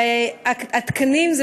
והתקנים,